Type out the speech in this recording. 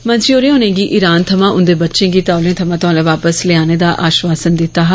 मंत्री होरें उनेंगी ईरान थमां उन्दे बच्चे गी तौले थमां तौले वापस लेआने दा आश्वासन दित्ता हा